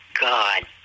God